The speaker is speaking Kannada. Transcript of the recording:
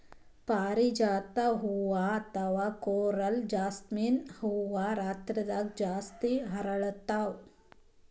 ಪಾರಿಜಾತ ಹೂವಾ ಅಥವಾ ಕೊರಲ್ ಜಾಸ್ಮಿನ್ ಹೂವಾ ರಾತ್ರಿದಾಗ್ ಜಾಸ್ತಿ ಅರಳ್ತಾವ